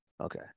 Okay